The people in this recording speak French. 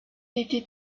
était